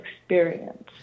experience